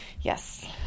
Yes